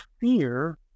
fear